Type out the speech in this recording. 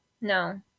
No